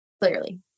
Clearly